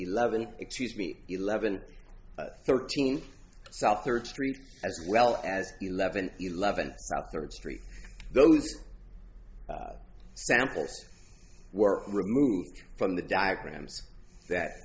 eleven excuse me eleven thirteen south third street as well as eleven eleven third street those samples were removed from the diagrams that